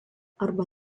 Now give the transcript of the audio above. arba